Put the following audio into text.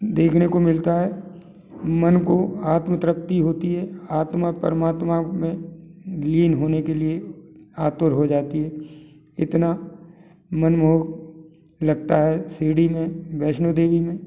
देवखने को मिलता है मन को आत्म त्रप्ति होती है आत्मा परमात्मा में लीन होने के लिए आतुर हो जाती है इतना मनमोहक लगता है शिरडी में वैष्णो देवी में